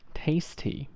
tasty